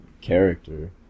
character